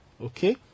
okay